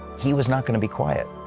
he was not going to be quiet.